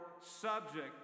subject